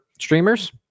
streamers